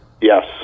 Yes